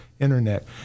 internet